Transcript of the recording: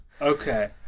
Okay